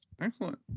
excellent